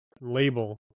label